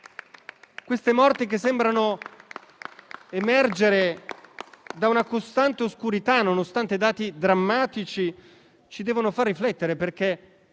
Queste morti, che sembrano emergere da una costante oscurità, nonostante dati drammatici, ci devono far riflettere perché,